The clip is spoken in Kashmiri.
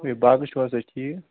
بیٚیہِ باقٕے چھِو حظ تُہۍ ٹھیٖک